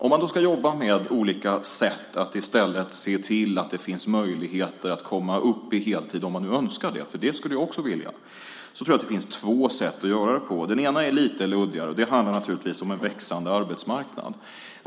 Om man ska se till att det finns möjligheter att komma upp i heltid om man önskar det - för det skulle jag också vilja - tror jag att det finns två sätt att göra det på. Det ena är lite luddigt. Det handlar om en växande arbetsmarknad.